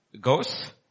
goes